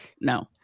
No